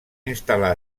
instal·lar